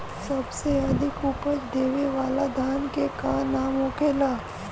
सबसे अधिक उपज देवे वाला धान के का नाम होखे ला?